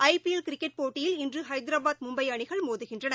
ஐ PL cricket போட்டியில் இன்றுஹைதராபாத் மும்பைஅணிகள் மோதுகின்றன